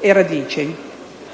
e radice.